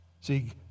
See